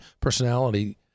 personality